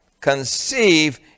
Conceive